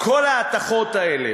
כל ההטחות האלה